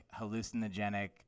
hallucinogenic